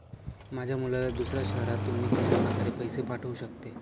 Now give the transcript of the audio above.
माझ्या मुलाला दुसऱ्या शहरातून मी कशाप्रकारे पैसे पाठवू शकते?